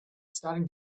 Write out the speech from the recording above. starting